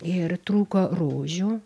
ir trūko rožių